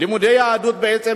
לימודי יהדות בעצם,